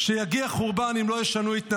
שיגיע חורבן אם לא ישנו את ההתנהגות.